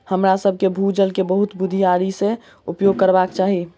हमरासभ के भू जल के बहुत बुधियारी से उपयोग करबाक चाही